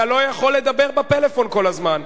אתה לא יכול לדבר בפלאפון כל הזמן.